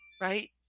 right